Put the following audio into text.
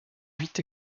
huit